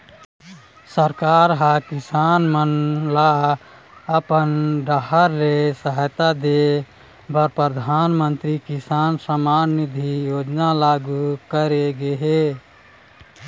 सरकार ह किसान मन ल अपन डाहर ले सहायता दे बर परधानमंतरी किसान सम्मान निधि योजना लागू करे गे हे